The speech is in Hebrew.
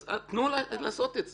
אז תנו להם לעשות את זה.